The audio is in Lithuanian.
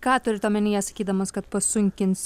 ką turit omenyje sakydamas kad pasunkins